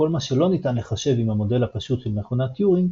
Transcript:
כל מה שלא ניתן לחשב עם המודל הפשוט של מכונת טיורינג